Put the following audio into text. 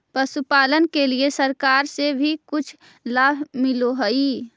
पशुपालन के लिए सरकार से भी कुछ लाभ मिलै हई?